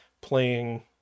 playing